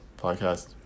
podcast